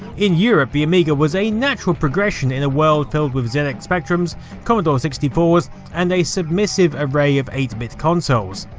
in europe the amiga was a natural progression in a world filled with zx spectrums, commodore sixty four s and a submissive array of eight bit consoles.